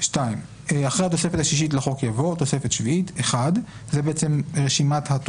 "הוספת תוספת שביעית אחר התוספת השישית לחוק העיקרי יבוא: